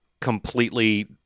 completely